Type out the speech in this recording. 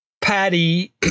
Patty